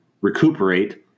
recuperate